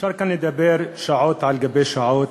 אפשר לדבר כאן שעות על שעות,